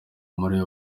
nari